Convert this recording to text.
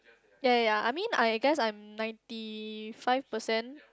ya ya ya I mean I guess I'm ninety five percent